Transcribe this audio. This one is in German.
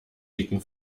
dicken